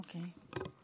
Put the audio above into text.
אוקיי.